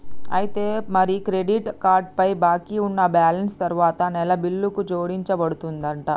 అయితే మరి credit card పై బాకీ ఉన్న బ్యాలెన్స్ తరువాత నెల బిల్లుకు జోడించబడుతుందంట